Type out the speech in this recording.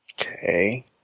Okay